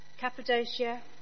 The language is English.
Cappadocia